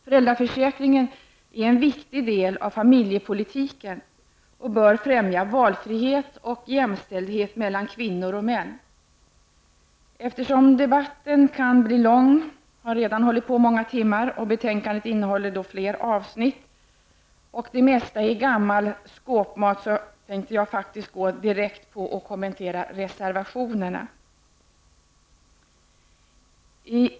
Föräldraförsäkringen är en viktig del av familjepolitiken och bör främja valfrihet och jämställdhet mellan kvinnor och män. Eftersom debatten kan bli lång, den har redan hållit på flera timmar, betänkandet innehåller flera avsnitt, och det mesta s.k. gammal skåpmat, skall jag fortsätta direkt med att kommentera en del av reservationerna.